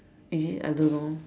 is it I don't know